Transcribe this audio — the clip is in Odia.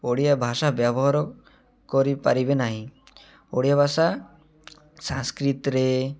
ଓଡ଼ିଆ ଭାଷା ବ୍ୟବହାର କରିପାରିବେ ନାହିଁ ଓଡ଼ିଆ ଭାଷା ସାଂସ୍କୃତରେ